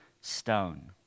stone